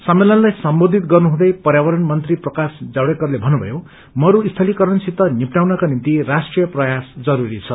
सम्मेलनलाई सम्बोधित गर्नुहँदै प्यावरण मंत्री प्रकाश जावडेकरले भन्नुथयो मस्स्थलीकरणसित निष्अयाउनका निम्ति राष्ट्रिय प्रयास जरूरी छ